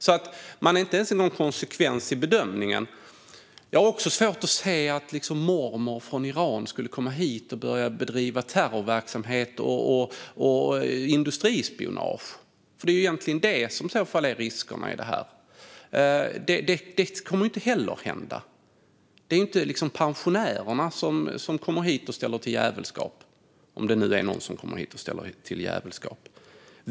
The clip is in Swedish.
Man är alltså inte ens konsekvent i bedömningen. Jag har svårt att se att mormor från Iran skulle komma hit och börja bedriva terrorverksamhet och industrispionage, för det är ju riskerna. Det kommer inte att hända. Det är inte pensionärerna som kommer hit och ställer till jävelskap - om nu någon kommer hit och gör det.